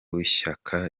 w’ishyaka